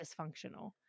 dysfunctional